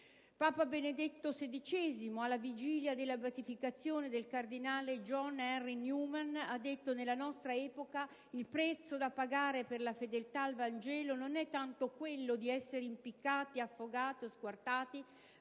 Papa Benedetto XVI, alla vigilia della beatificazione del cardinale John Henry Newman, ha detto: «Nella nostra epoca il prezzo da pagare per la fedeltà al Vangelo non è tanto quello di essere impiccati, affogati e squartati,